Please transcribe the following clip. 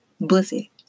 Bussy